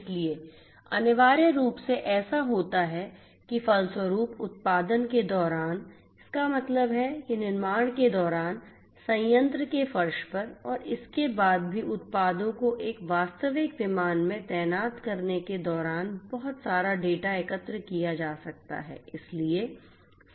इसलिए अनिवार्य रूप से ऐसा होता है कि फलस्वरूप उत्पादन के दौरान इसका मतलब है कि निर्माण के दौरान संयंत्र के फर्श पर और इसके बाद भी उत्पादों को एक वास्तविक विमान में तैनात करने के दौरान बहुत सारा डेटा एकत्र किया जा सकता है